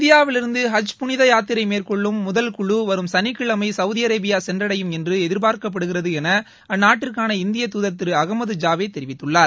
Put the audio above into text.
இந்தியாவிலிருந்து ஹஜ் புனித யாத்திரை மேற்கொள்ளும் முதல் குழு வரும் சனிக்கிழமை சவுதி அரேபியா சென்றடையும் என்று எதிர்பார்க்கப்படுகிறது என அந்நாட்டிற்கான இந்தியா துதர் திரு அஹமது ஜாவேத் தெரிவித்துள்ளார்